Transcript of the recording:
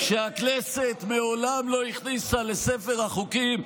שהכנסת מעולם לא הכניסה לספר החוקים,